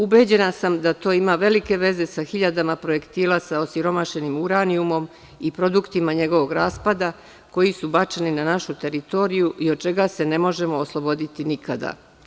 Ubeđena sam da to ima velike veze sa hiljadama projektila sa osiromašenim uranijumom i produktima njegovog raspada, koji su bačeni na našu teritoriju i od čega se ne možemo osloboditi nikada.